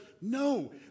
no